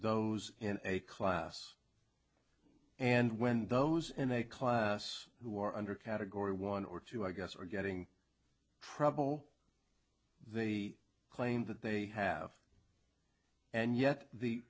those in a class and when those in a class who are under category one or two i guess are getting trouble they claim that they have and yet the